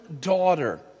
daughter